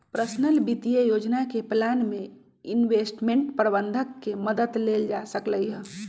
personal वित्तीय योजना के प्लान में इंवेस्टमेंट परबंधक के मदद लेल जा सकलई ह